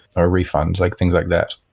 or a refund, like things like that.